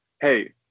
Hey